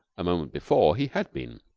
a moment before, he had been.